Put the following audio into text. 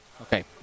Okay